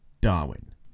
Darwin